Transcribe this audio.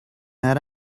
that